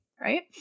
right